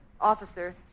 Officer